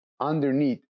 underneath